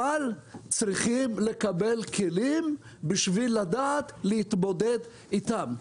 אבל צריכים לקבל כלים בשביל לדעת להתמודד איתם.